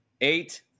eight